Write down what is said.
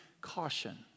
caution